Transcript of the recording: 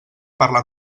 parlar